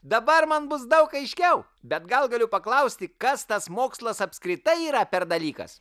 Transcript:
dabar man bus daug aiškiau bet gal galiu paklausti kas tas mokslas apskritai yra per dalykas